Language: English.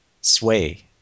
sway